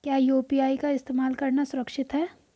क्या यू.पी.आई का इस्तेमाल करना सुरक्षित है?